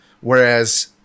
whereas